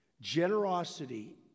Generosity